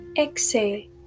exhale